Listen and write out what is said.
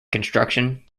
construction